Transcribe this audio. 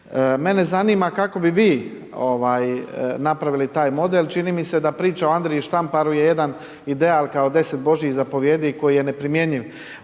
Mene zanima kako bi vi napravili taj model, čini mi se da priča o Andriji Štamparu je jedan ideal kao 10 Božjih zapovijedi koji je neprimjenjiv